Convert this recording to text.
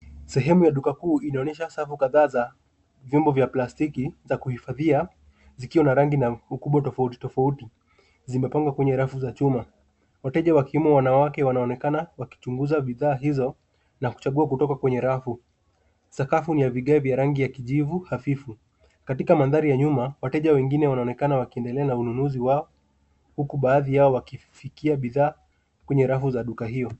Sehemu ya duka kuu inaonyesha safu kadhaa za viombo vya plastiki za kuhifadhia zikiwa na rangi na ukubwa tofautitofauti, zimepangwa kwenye rafu za chuma. Wateja wakiwemo wanawake wanaonekana wakichunguza bidhaa hizo na kuchagua kutoka kwenye rafu. Sakafu ni ya vigae vya rangi ya kijivu hafifu. Katika mandhari ya nyuma, wateja wengine wanaonekana wakiendelea na ununuzi wao huku baadhi yao wakifikia bidhaa kwenye rafu ya duka hiyo.